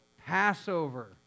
Passover